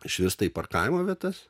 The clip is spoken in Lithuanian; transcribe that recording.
išvirsta į parkavimo vietas